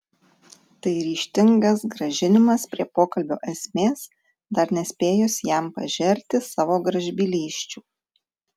tai ryžtingas grąžinimas prie pokalbio esmės dar nespėjus jam pažerti savo gražbylysčių